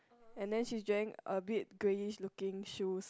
and then she's wearing a bit greyish looking shoes